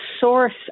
source